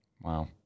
Wow